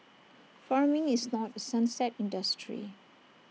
farming is not A sunset industry